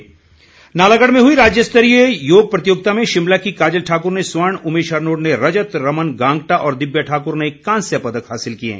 योगा नालागढ़ में हुई राज्यस्तरीय योग प्रतियोगिता में शिमला की काजल ठाकुर ने स्वर्ण उमेश हरनोट ने रजत रमन गांगटा और दिव्या ठाकुर ने कांस्य पदक हासिल किए हैं